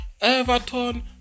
Everton